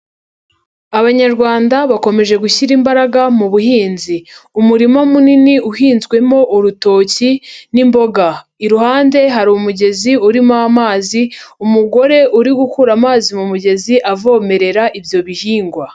Abanyarwanda bakomeje gushyira imbaraga mu buhinzi. Umurima munini uhinzwemo urutoki n'imboga. Iruhande hari umugezi urimo amazi, umugore uri gukura amazi mu mugezi avomerera ibyo bihingwa.